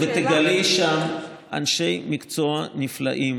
תגלי שם אנשי מקצוע נפלאים,